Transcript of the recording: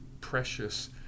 precious